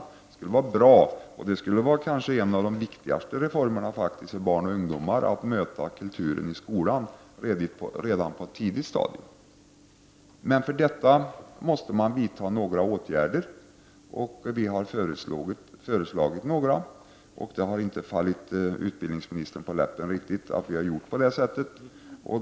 Det skulle vara bra, och det skulle kanske vara en av de vikti gaste reformerna att se till att barn och ungdomar möter kulturen i skolan redan på ett tidigt stadium. Men för detta måste man vidta åtgärder. Vi i centerpartiet har föreslagit åtgärder, men det har inte riktigt fallit utbildningsministern på läppen att vi gjort på detta sätt.